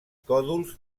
còdols